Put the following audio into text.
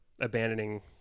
abandoning